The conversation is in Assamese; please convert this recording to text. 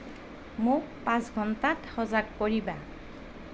মোক পাঁচ ঘণ্টাত সজাগ কৰিবা